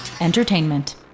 Entertainment